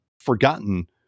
forgotten